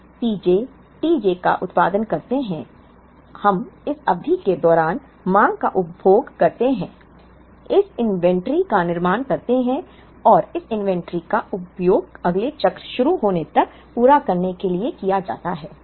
हम Pj tj का उत्पादन करते हैं हम इस अवधि के दौरान मांग का उपभोग करते हैं इस इन्वेंट्री का निर्माण करते हैं और इस इन्वेंट्री का उपयोग अगले चक्र शुरू होने तक पूरा करने के लिए किया जाता है